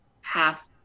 half